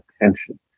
attention